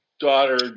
daughter